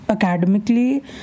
academically